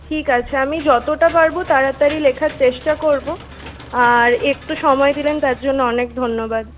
ঠিক আছে আমি যতটা পারবো তাড়াতাড়ি লেখার চেষ্টা করবো আর একটু সময় দিলেন তার জন্য অনেক ধন্যবাদ